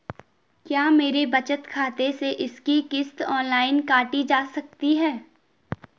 क्या मेरे बचत खाते से इसकी किश्त ऑनलाइन काटी जा सकती है?